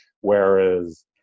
Whereas